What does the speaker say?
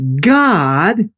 God